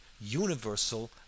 universal